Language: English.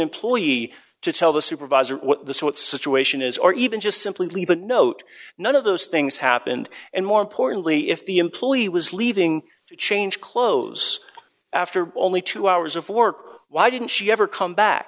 employee to tell the supervisor what this what situation is or even just simply leave a note none of those things happened and more importantly if the employee was leaving to change clothes after only two hours of work why didn't she ever come back